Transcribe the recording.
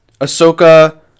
Ahsoka